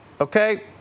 okay